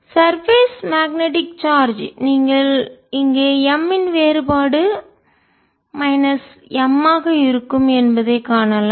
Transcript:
surface மேற்பரப்பு magnetic காந்த charge நீங்கள் இங்கே M இன் வேறுபாடு மைனஸ் M ஆக இருக்கும் என்பதைக் காணலாம்